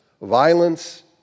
violence